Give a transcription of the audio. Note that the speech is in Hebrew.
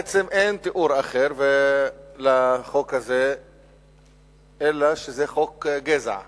בעצם אין תיאור אחר לחוק הזה אלא שזה חוק גזע,